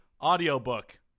audiobook